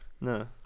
No